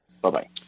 Bye-bye